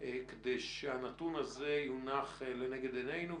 כדי שהנתון הזה יונח לנגד עיננו.